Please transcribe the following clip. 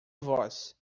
voz